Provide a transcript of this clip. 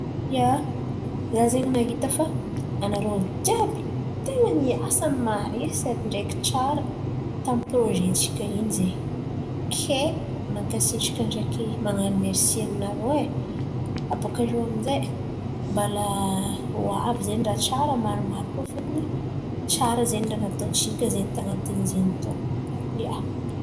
Ia, za zen̈y nahita fa anarô olo jiàby ten̈a niasa marin̈y. Sady ndreky tsara tamin’ny porôze tsika in̈y zen̈y, kay mankasitraka ndreky man̈ano merisy aminarôe. Abakô iô amindray bala hoavy zen̈y andrà tsara maromaro koa fa fôntony tsar zen̈y raha natô-ntsika zen̈y tan̈atiny izy in̈y tô ia.